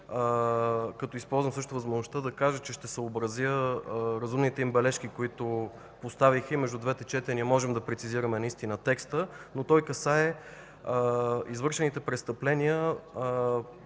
като използвам също възможността да кажа, че ще съобразя разумните им бележки, които поставиха. Между двете четения наистина можем да прецизираме текста. Той касае извършените престъпления